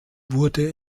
wurde